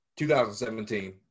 2017